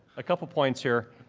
a couple points here.